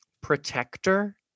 protector